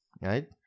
right